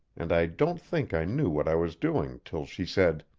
and i don't think i knew what i was doing till she said